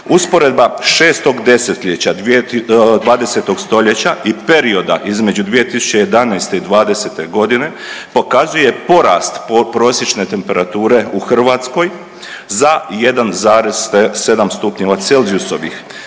Usporedba šestog desetljeća dvadesetog stoljeća i perioda između 2011. i dvadesete godine pokazuje porast prosječne temperature u Hrvatskoj za 1,7 stupnjeva Celzijusovih.